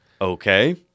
Okay